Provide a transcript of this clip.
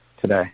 today